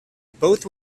both